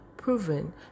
Proven